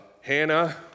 Hannah